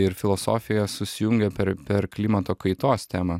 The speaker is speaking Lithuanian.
ir filosofija susijungia per per klimato kaitos temą